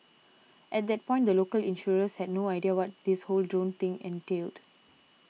at that point the local insurers had no idea what this whole drone thing entailed